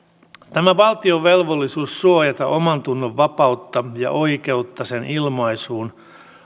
tämä valtion velvollisuus suojata omantunnonvapautta ja oikeutta sen ilmaisuun